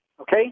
okay